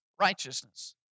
righteousness